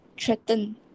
threaten